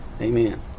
Amen